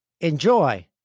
Enjoy